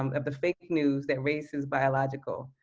um of the fake news that race is biological.